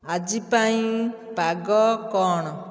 ଆଜି ପାଇଁ ପାଗ କ'ଣ